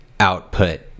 output